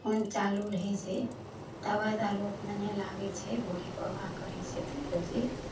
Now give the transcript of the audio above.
खून चालू रहै छै दबाइ दारू ओतने नहि लागै छै भोरेके योगा करै छै तऽ रोजे